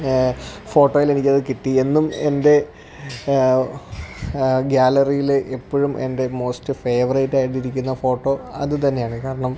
ഫോട്ടോയിലെനിക്കത് കിട്ടി എന്നും എന്റെ ഗ്യാലറിയിൽ ഇപ്പഴും എന്റെ മോസ്റ്റ് ഫേവറേറ്റായിട്ടിരിക്കുന്ന ഫോട്ടോ അത് തന്നെയാണ് കാരണം